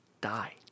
die